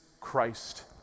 Christ